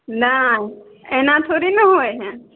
नहि एना थोड़ी ने होइत हए